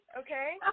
Okay